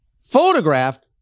photographed